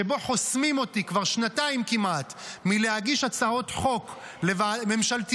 שבו חוסמים אותי כבר שנתיים כמעט מלהגיש הצעות חוק ממשלתיות,